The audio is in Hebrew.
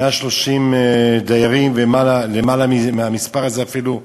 130 דיירים, ולמעלה מהמספר הזה אפילו,